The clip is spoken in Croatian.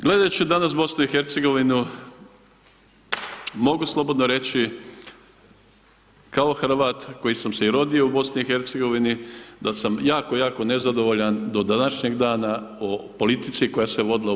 Gledajući danas BiH, mogu slobodno reći kao Hrvat koji sam se i rodio u BiH da sam jako jako nezadovoljan do današnjeg dana o politici koja se vodila u BiH.